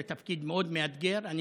זה תפקיד מאתגר מאוד.